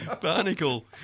Barnacle